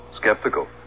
Skeptical